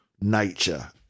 nature